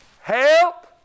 Help